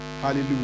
Hallelujah